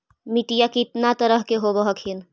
मिट्टीया कितना तरह के होब हखिन?